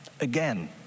again